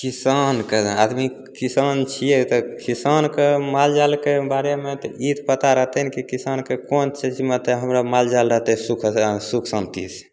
किसानके आदमी किसान छिए तऽ किसानके मालजालके बारेमे तऽ ई पता रहतै ने किसानके कोन चीजमे हमरा मालजाल रहतै सुख सुख शान्तिसे